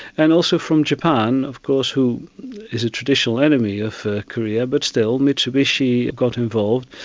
and also from japan of course who is a traditional enemy of korea but still mitsubishi got involved.